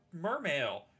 Mermail